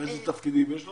באיזה תפקידים יש לנו?